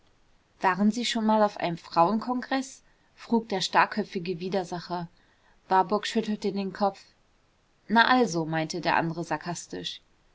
waren sie schon mal auf einem frauenkongreß frug der starrköpfige widersacher warburg schüttelte den kopf na also meinte der andere sarkastisch